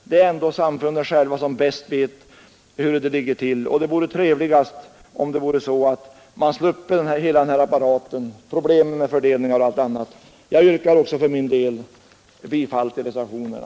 Det är ändå samfunden själva som bäst vet hur det ligger till, och det vore trevligast om man sluppe den här apparaten — problem med fördelningar och allt annat. Jag yrkar också för min del bifall till reservationerna.